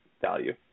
value